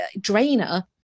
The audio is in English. drainer